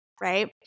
right